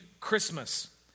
Christmas